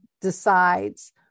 decides